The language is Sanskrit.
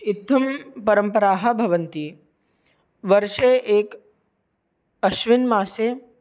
इत्थं परम्पराः भवन्ति वर्षे एकं आश्विजमासे